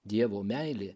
dievo meilė